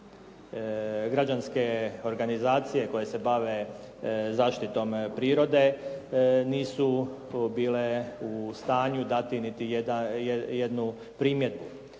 građanske organizacije koje se bave zaštitom prirode nisu bile u stanju dati niti jednu primjedbu.